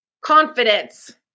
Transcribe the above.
Confidence